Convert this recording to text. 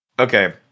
Okay